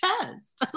chest